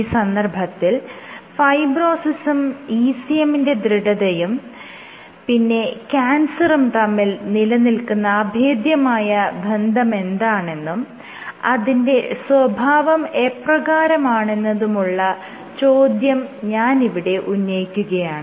ഈ സന്ദർഭത്തിൽ ഫൈബ്രോസിസും ECM ന്റെ ദൃഢതയും പിന്നെ ക്യാൻസറും തമ്മിൽ നിലനിൽക്കുന്ന അഭേദ്യമായ ബന്ധമെന്താണെന്നും അതിന്റെ സ്വഭാവം എപ്രകാരമാണെന്നുമുള്ള ചോദ്യം ഞാൻ ഇവിടെ ഉന്നയിക്കുകയാണ്